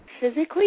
physically